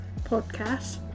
podcast